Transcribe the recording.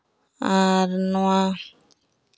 ᱟᱨ ᱱᱚᱣᱟ